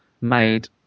made